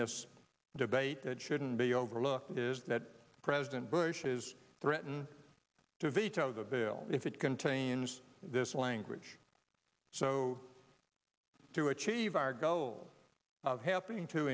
this debate that shouldn't be overlooked is that president bush is threaten to veto the bill if it contains this language so to achieve our goal of helping to